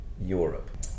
Europe